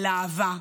על אהבה,